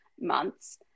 months